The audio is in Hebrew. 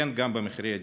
כן, גם במחירי הדיור.